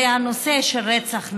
וזה הנושא של רצח נשים.